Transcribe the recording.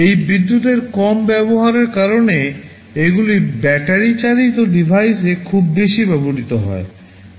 এই বিদ্যুতের কম ব্যবহারের কারণে এগুলি ব্যাটারিচালিত ডিভাইসে খুব বেশি ব্যবহৃত হয়